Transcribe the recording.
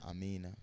Amen